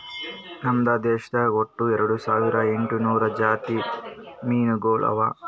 ನಮ್ ದೇಶದಾಗ್ ಒಟ್ಟ ಎರಡು ಸಾವಿರ ಎಂಟು ನೂರು ಜಾತಿ ಮೀನುಗೊಳ್ ಅವಾ